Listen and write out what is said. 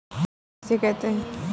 पौध किसे कहते हैं?